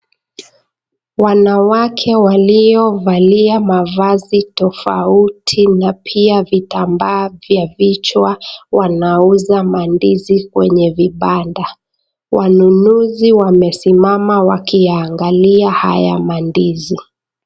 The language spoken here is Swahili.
Wanawake waliovalia mavazi tofauti na pia vitamba vya vichwa wanauza mandizi kwenye vibanda. Wanunuzi wamesimama wakiangalia haya mandizi.